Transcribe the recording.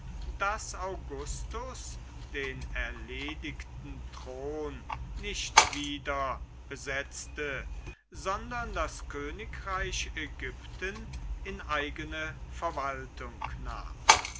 daß augustus den erledigten thron nicht wieder besetzte sondern das königreich ägypten in eigene verwaltung nahm